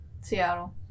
Seattle